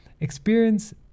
experience